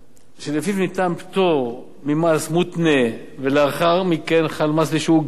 שלפיו ניתן פטור ממס מותנה ולאחר מכן חל מס בשיעור גבוה,